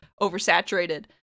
oversaturated